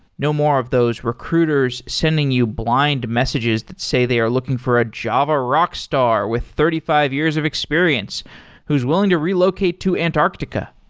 no more of those recruiters sending you blind messages that say they are looking for a java rock star with thirty five years of experience who's willing to relocate to antarctica.